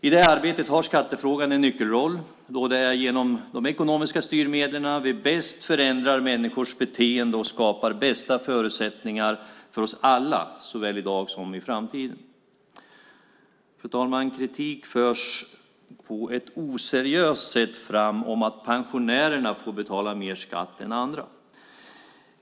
I det här arbetet har skattefrågan en nyckelroll då det är genom de ekonomiska styrmedlen vi bäst förändrar människors beteende och skapar bästa förutsättningar för oss alla, såväl i dag som i framtiden. Fru talman! Kritik förs på ett oseriöst sätt fram om att pensionärerna får betala mer skatt än andra.